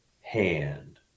hand